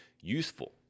useful